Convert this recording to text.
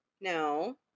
No